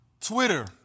Twitter